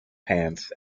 pants